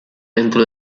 dentro